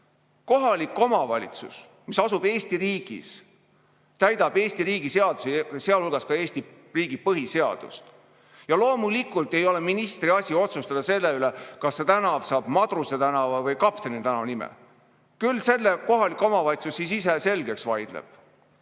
Kohalik omavalitsus, mis asub Eesti riigis, täidab Eesti riigi seadusi, sealhulgas ka Eesti riigi põhiseadust. Ja loomulikult ei ole ministri asi otsustada selle üle, kas see tänav saab Madruse või Kapteni nime. Küll selle kohalik omavalitsus ise selgeks vaidleb.